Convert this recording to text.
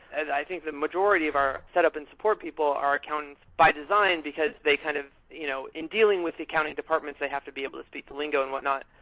and i think the majority of our setup and support people are accountants by design, because they kind of you know in dealing with accounting departments, they have to be able to speak lingo and whatnot.